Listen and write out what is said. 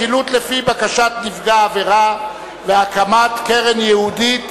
חילוט לפי בקשת נפגע העבירה והקמת קרן ייעודית),